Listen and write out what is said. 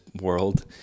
world